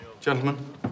gentlemen